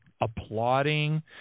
applauding